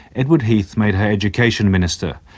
edward heath made her education minister.